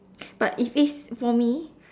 but if it's for me